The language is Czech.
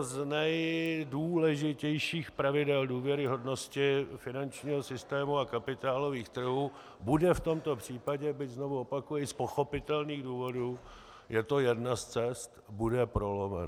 Jedno z nejdůležitějších pravidel důvěryhodnosti finančního systému a kapitálových trhů bude v tomto případě, byť znovu opakuji z pochopitelných důvodů, je to jedna z cest, bude prolomeno.